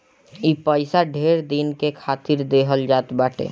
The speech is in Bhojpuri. ई पइसा ढेर दिन के खातिर देहल जात बाटे